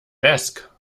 desk